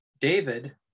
David